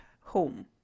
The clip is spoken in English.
home